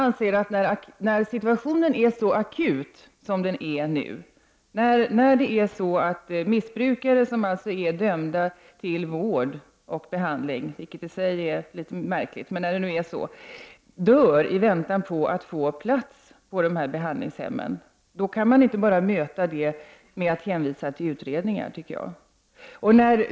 När situationen är så akut som nu, när missbrukare som är dömda till vård och behandling — vilket i och för sig är litet märkligt — dör i väntan på att få plats på behandlingshemmen, då kan man enligt min mening inte bara möta detta genom att hänvisa till utredningar.